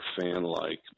fan-like